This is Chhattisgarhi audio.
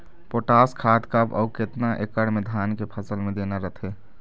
पोटास खाद कब अऊ केतना एकड़ मे धान के फसल मे देना रथे?